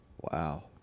Wow